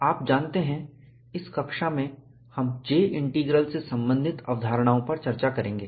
आप जानते हैं इस कक्षा में हम J इंटीग्रल से संबंधित अवधारणाओं पर चर्चा करेंगे